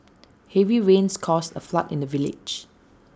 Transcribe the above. heavy rains caused A flood in the village